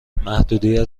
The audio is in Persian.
محدودیت